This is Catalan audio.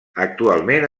actualment